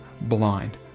blind